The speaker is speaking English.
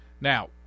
Now